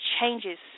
changes